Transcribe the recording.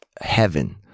Heaven